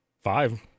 five